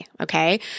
Okay